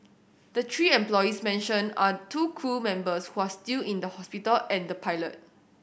the three employees mentioned are two crew members who are still in the hospital and the pilot